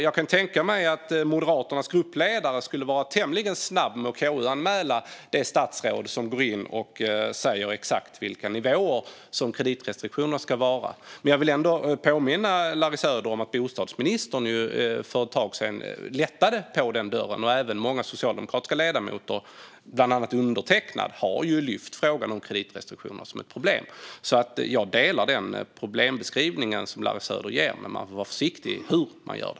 Jag kan tänka mig att Moderaternas gruppledare skulle vara tämligen snabb med att KU-anmäla det statsråd som går in och säger exakt vilka nivåer som kreditrestriktionerna ska ha. Jag vill påminna Larry Söder om att bostadsministern för ett tag sedan gläntade på den dörren. Även många socialdemokratiska ledamöter, bland andra undertecknad, har lyft upp kreditrestriktionerna som ett problem. Jag håller alltså med om Larry Söders problembeskrivning, men man får vara försiktig med hur man gör det.